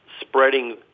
spreading